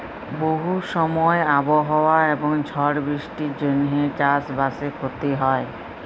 বহু সময় আবহাওয়া এবং ঝড় বৃষ্টির জনহে চাস বাসে ক্ষতি হয়